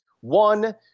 One